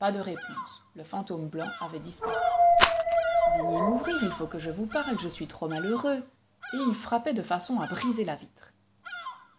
pas de réponse le fantôme blanc avait disparu daignez m'ouvrir il faut que je vous parle je suis trop malheureux et il frappait de façon à briser la vitre